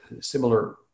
similar